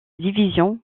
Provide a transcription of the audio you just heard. division